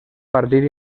partit